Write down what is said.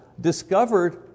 discovered